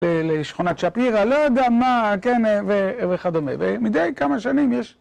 לשכונת שפירא, לא יודע מה, כן, וכדומה. ומדי כמה שנים יש